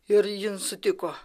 ir jin sutiko